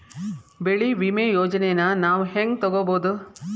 ಬೆಳಿ ವಿಮೆ ಯೋಜನೆನ ನಾವ್ ಹೆಂಗ್ ತೊಗೊಬೋದ್?